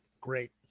Great